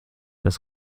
dass